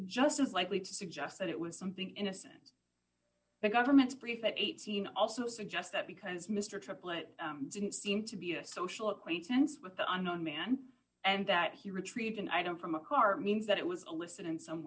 just as likely to suggest that it was something innocent the government's brief at eighteen also suggests that because mr triplett didn't seem to be a social acquaintance with the unknown man and that he retrieved and i don't from a car means that it was a listen in some